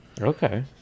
Okay